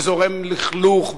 וזורם לכלוך,